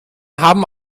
haben